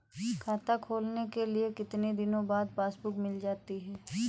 खाता खोलने के कितनी दिनो बाद पासबुक मिल जाएगी?